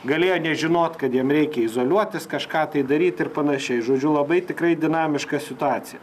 galėjo nežinot kad jiem reikia izoliuotis kažką tai daryt ir panašiai žodžiu labai tikrai dinamiška situacija